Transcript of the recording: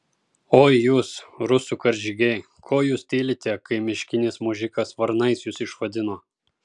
oi jūs rusų karžygiai ko jūs tylite kai miškinis mužikas varnais jus išvadino